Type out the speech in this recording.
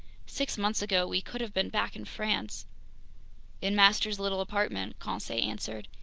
six months ago we could have been back in france in master's little apartment, conseil answered.